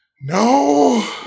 No